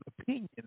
opinion